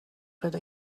پیدا